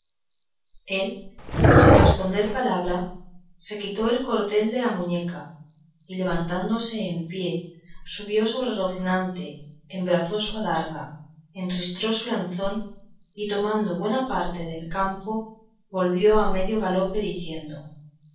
sin responder palabra se quitó el cordel de la muñeca y levantándose en pie subió sobre rocinante embrazó su adarga enristró su lanzón y tomando buena parte del campo volvió a medio galope diciendo